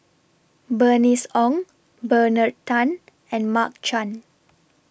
Bernice Ong Bernard Tan and Mark Chan